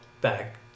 back